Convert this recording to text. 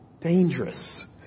dangerous